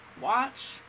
watch